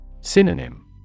Synonym